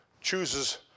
chooses